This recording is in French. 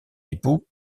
époux